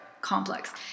complex